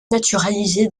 naturalisée